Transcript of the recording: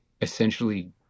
essentially